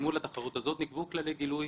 אל מול התחרות הזאת נקבעו כללי גילוי אחידים.